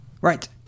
Right